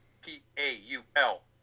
P-A-U-L